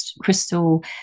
crystal